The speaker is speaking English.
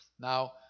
Now